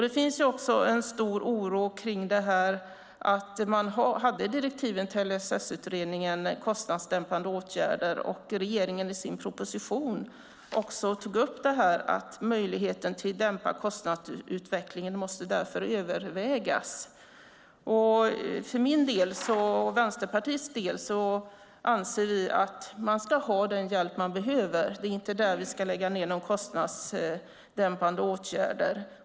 Det finns en stor oro kring direktiven till LSS-utredningen om kostnadsdämpande åtgärder. Regeringen tog upp i sin proposition att möjligheter till kostnadsdämpning måste övervägas. För min och Vänsterpartiets del anser vi att man ska ha den hjälp man behöver. Det är inte där vi ska lägga ned några kostnadsdämpande åtgärder.